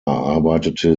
arbeitete